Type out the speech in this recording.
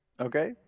Okay